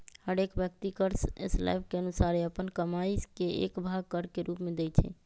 हरेक व्यक्ति कर स्लैब के अनुसारे अप्पन कमाइ के एक भाग कर के रूप में देँइ छै